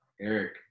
Eric